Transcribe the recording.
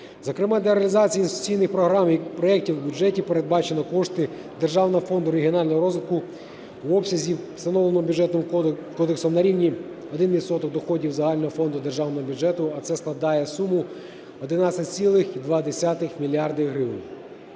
Зокрема, для реалізації інвестиційних програм у проекті бюджету передбачено кошти Державного фонду регіонального розвитку в обсязі, встановленого Бюджетним кодексом, на рівні 1 відсоток доходів загального фонду державного бюджету, а це складає суму 11,2 мільярда